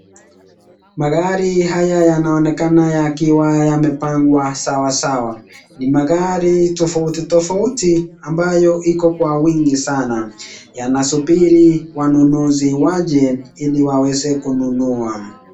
Magari haya yanaonekana yakiwa yamepangwa sawa sawa. Ni magari tofauti tofauti ambayo iko kwa wingi sana, yanasubiri wanunuzi waje ili waweze kununua.